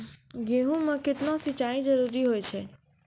गेहूँ म केतना सिंचाई जरूरी होय छै?